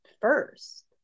first